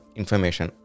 information